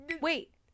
Wait